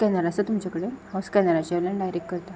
scanner आसा तुमचे कडेन हांव स्कॅनराचे वयल्यान डायरेक्ट करतां